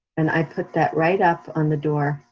and i put that right up on the door,